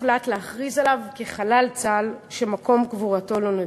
הוחלט להכריז עליו חלל צה"ל שמקום קבורתו לא נודע.